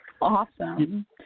awesome